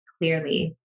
clearly